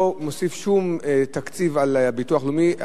לא מוסיף שום תקציב על הביטוח הלאומי,